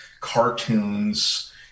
cartoons